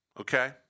Okay